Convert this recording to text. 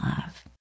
love